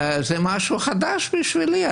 זה משהו חדש בשבילי.